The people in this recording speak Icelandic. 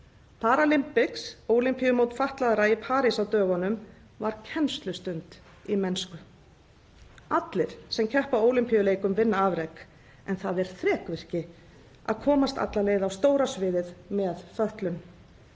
Paralympics, Ólympíumót fatlaðra í París á dögunum, var kennslustund í mennsku. Allir sem keppa á Ólympíuleikum vinna afrek en það er þrekvirki að komast alla leið á stóra sviðið með fötlun.